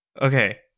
Okay